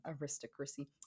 aristocracy